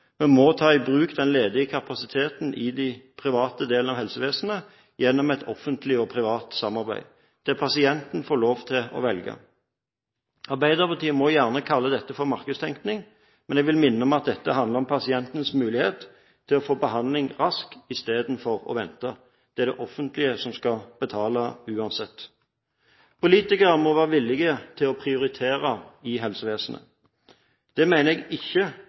Vi må ta i bruk den ledige kapasiteten i den private delen av helsevesenet gjennom et offentlig og privat samarbeid, der pasienten får lov til å velge. Arbeiderpartiet må gjerne kalle dette markedstenkning. Men jeg vil minne om at dette handler om pasienters mulighet til å få behandling raskt istedenfor å vente. Det er det offentlige som skal betale, uansett. Politikere må være villige til å prioritere i helsevesenet. Da mener jeg ikke